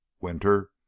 Winter